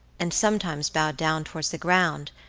and sometimes bowed down towards the ground,